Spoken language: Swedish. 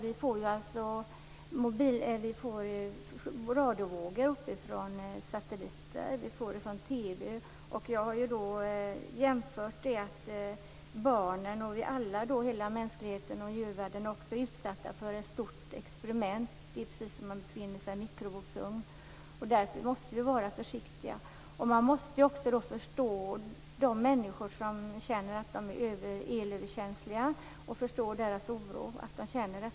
Vi får radiovågor från satelliter och från TV. Jag har jämfört det med att barnen, hela mänskligheten och djurvärlden är utsatta för ett stort experiment. Det är precis som att befinna sig i en mikrovågsugn. Därför måste vi vara försiktiga. Man måste också förstå de människor som är elöverkänsliga, förstå att de känner oro.